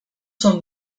són